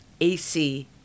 AC